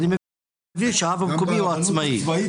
אני מבין שהרב המקומי הוא עצמאי,